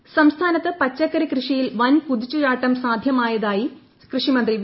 സുനിൽകു്മാർ സംസ്ഥാനത്ത് പച്ചക്കറി കൃഷിയിൽ വൻ കുതിച്ചുചാട്ടം സാധ്യമായതായി കൃഷിമന്ത്രി വി